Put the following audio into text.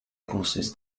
courses